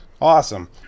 Awesome